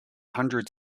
hundred